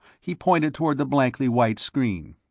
he pointed toward the blankly white screen.